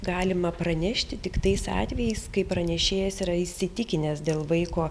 galima pranešti tik tais atvejais kai pranešėjas yra įsitikinęs dėl vaiko